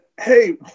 hey